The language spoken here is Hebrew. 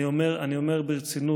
אני אומר ברצינות: